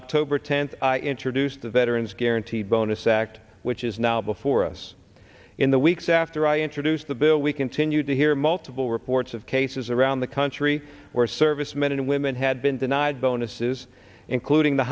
october tenth i introduced the veterans guaranteed bonus act which is now before us in the weeks after i introduced the bill we continue to there are multiple reports of cases around the country where servicemen and women had been denied bonuses including the